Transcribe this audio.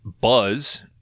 Buzz